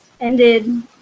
ended